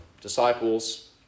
disciples